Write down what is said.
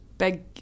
big